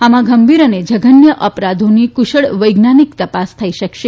આમાં ગંભીર તથા જધન્ય અપરાધોની કુશળ વૈજ્ઞાનિક તપાસ થઈ શકશે